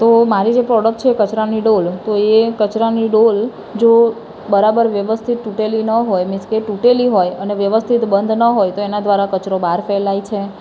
તો મારી જે પ્રોડક્ટ છે કચરાની ડોલ તો એ કચરાની ડોલ જો બરાબર વ્યવસ્થિત તૂટેલી ના હોય મીન્સ કે તૂટેલી હોય અને વ્યવસ્થિત બંધ ના હોય તો તેનાં દ્વારા કચરો બહાર ફેલાય છે